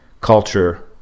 culture